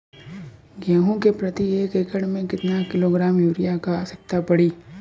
गेहूँ के प्रति एक एकड़ में कितना किलोग्राम युरिया क आवश्यकता पड़ी?